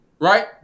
right